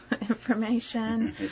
information